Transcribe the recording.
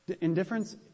Indifference